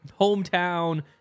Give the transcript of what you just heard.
Hometown